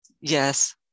Yes